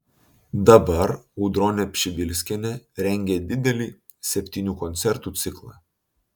dabar audronė pšibilskienė rengia didelį septynių koncertų ciklą